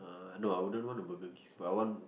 uh no I wouldn't want a Burger-King's but I want